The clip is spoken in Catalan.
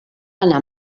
anar